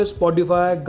Spotify